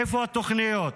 איפה התוכניות?